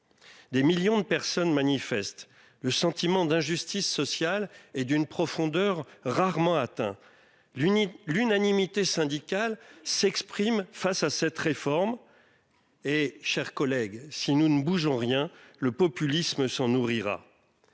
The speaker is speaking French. Des millions de personnes manifestent le sentiment d'injustice sociale et d'une profondeur rarement atteint l'Unit l'unanimité syndicale s'exprime face à cette réforme. Et chers collègues, si nous ne bougeons rien le populisme sans nourrira.